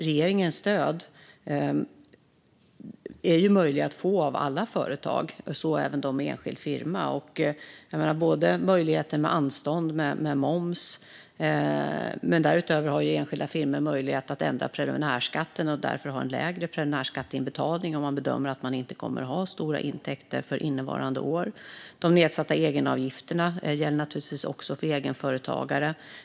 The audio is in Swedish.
Regeringens stöd är möjliga att få av alla företag, så även av enskilda firmor. Det finns till exempel möjligheten med anstånd av moms. Därutöver har enskilda firmor möjlighet att ändra preliminärskatten och därigenom få en lägre preliminärskatteinbetalning om man bedömer att man inte kommer att ha stora intäkter för innevarande år. De nedsatta egenavgifterna gäller naturligtvis också för egenföretagare.